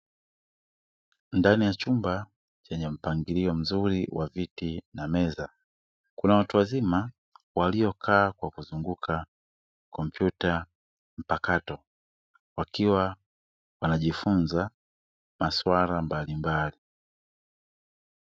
Ndani ya chumba chenye mpangilio mzuri wa viti na meza kuna watu wazima waliokaa kwa kuzunguka kompyuta mpakato wakiwa wanajifunza masuala mbalimbali.